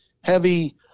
heavy